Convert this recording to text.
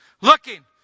Looking